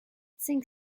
sing